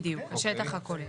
בדיוק, השטח הכולל.